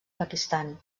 pakistan